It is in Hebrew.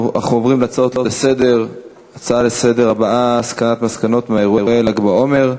אנחנו עוברים להצעות לסדר-היום בנושא: הסקת מסקנות מאירועי ל"ג בעומר,